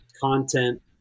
Content